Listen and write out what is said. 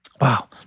Wow